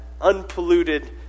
unpolluted